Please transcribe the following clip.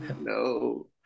no